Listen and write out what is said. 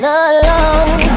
alone